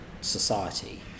society